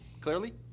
Clearly